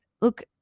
look